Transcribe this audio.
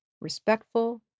respectful